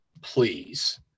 Please